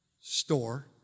store